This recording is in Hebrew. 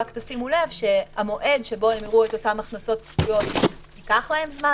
רק תשימו לב שהמועד שבו הם יראו את אותם הכנסות צפויות ייקח להם זמן.